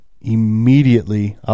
immediately